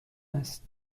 است